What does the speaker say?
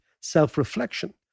self-reflection